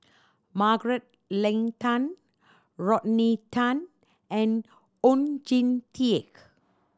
Margaret Leng Tan Rodney Tan and Oon Jin Teik